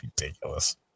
ridiculous